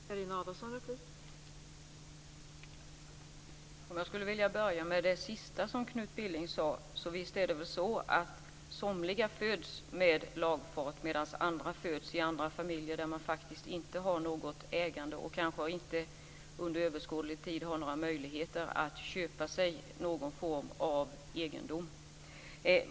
Fru talman! Jag skulle vilja börja med det sista som Knut Billing sade. Visst är det väl så att somliga föds med lagfart, medan andra föds i familjer där man faktiskt inte har något ägande och kanske inte under överskådlig tid har några möjligheter att köpa sig någon form av egendom.